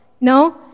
No